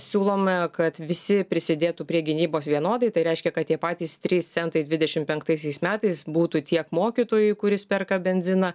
siūlome kad visi prisidėtų prie gynybos vienodai tai reiškia kad tie patys trys centai dvidešim penktaisiais metais būtų tiek mokytojui kuris perka benziną